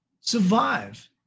survive